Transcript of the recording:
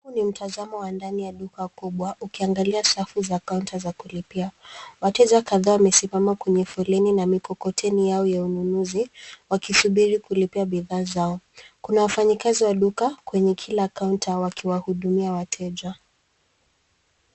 Huu ni mtazamo wa ndani ya duka kubwa ukiangalia safu za kaunta za kulipia. Wateja kadhaa wamesimama kwenye foleni na mikokoteni yao ya ununuzi wakisubiri kulipia bidhaa zao. Kuna wafanyikazi wa duka kwenye kila kaunta wakiwahudumia wateja.